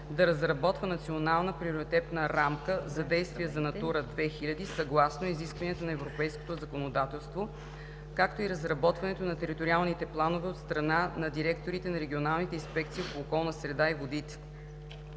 да разработва Национална приоритетна рамка за действие за „Натура 2000“ съгласно изискванията на Европейското законодателство, както и разработването на териториалните планове от страна на директорите на регионалните инспекции по околната среда и водите.